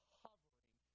hovering